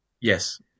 Yes